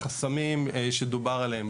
החסמים שדובר עליהם.